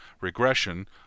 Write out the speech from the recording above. regression